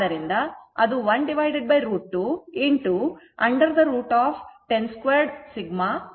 ಆದ್ದರಿಂದ ಅದು 1 √ 2 √ 10 2 8